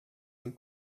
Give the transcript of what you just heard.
and